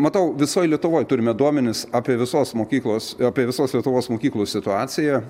matau visoj lietuvoj turime duomenis apie visos mokyklos apie visos lietuvos mokyklų situaciją